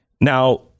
Now